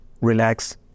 relax